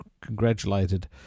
congratulated